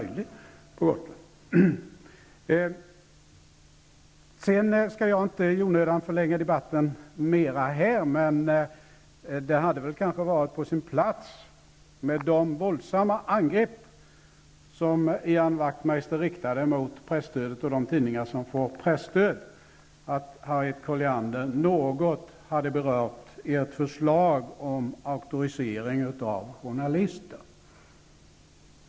Jag skall inte i onödan förlänga debatten. Men jag måste säga att det väl hade varit på sin plats, Harriet Colliander, med hänsyn till de våldsamma angrepp som Ian Wachtmeister riktat mot presstödet och de tidningar som får presstöd, att något beröra ert förslag om auktorisering av journalister.